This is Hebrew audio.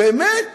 באמת